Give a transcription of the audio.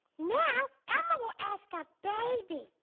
now, elmo will ask a baby,